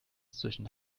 zwischen